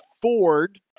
Ford